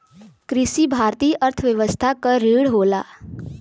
कृषि भारतीय अर्थव्यवस्था क रीढ़ होला